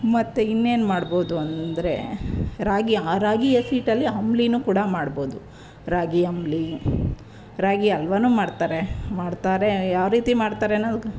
ಮತ್ತೆ ಇನ್ನೇನು ಮಾಡ್ಬೋದು ಅಂದರೆ ರಾಗಿ ಆ ರಾಗಿ ಹಸಿಟ್ಟಲ್ಲಿ ಅಂಬಲಿನೂ ಕೂಡ ಮಾಡ್ಬೋದು ರಾಗಿ ಅಂಬಲಿ ರಾಗಿ ಹಲ್ವನೂ ಮಾಡ್ತಾರೆ ಮಾಡ್ತಾರೆ ಯಾವ ರೀತಿ ಮಾಡ್ತಾರೆ ಅನ್ನೋದು